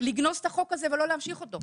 לגנוז את החוק הזה ולא להמשיך אותו.